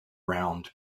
round